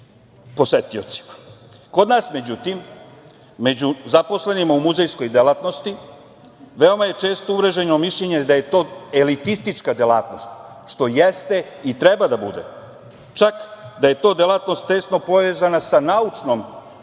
posetiocima.Međutim, kod nas među zaposlenima u muzejskoj delatnosti često je mišljenje da je to elitistička delatnost, što jeste i treba da bude, čak da je to delatnost tesno povezana sa naučnom